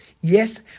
Yes